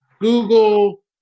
Google